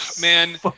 Man